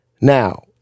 Now